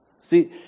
See